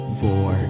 four